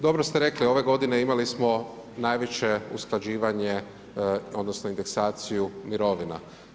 Dobro ste rekli, ove godine imali smo najveće usklađivanje odnosno indeksaciju mirovina.